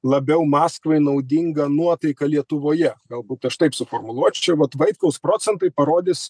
labiau maskvai naudingą nuotaiką lietuvoje galbūt aš taip suformuluočiau vat vaitkaus procentai parodys